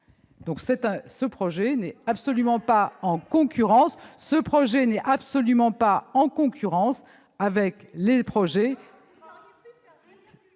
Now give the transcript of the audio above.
CDG Express n'est absolument pas en concurrence avec les projets